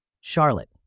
Charlotte